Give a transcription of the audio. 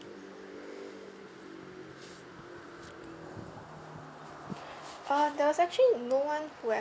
uh there was actually no one who have